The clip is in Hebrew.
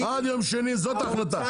עד יום שני זאת ההחלטה.